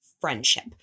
friendship